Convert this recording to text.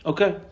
Okay